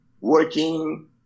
working